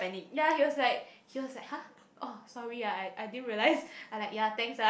ya he was like he was like !huh! oh sorry ah I I didn't realise I like ya thanks ah